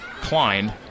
Klein